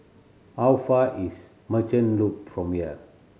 how far is Merchant Loop from here